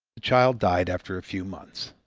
the child died after a few months.